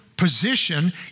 Position